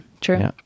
true